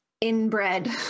inbred